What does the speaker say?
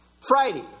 Friday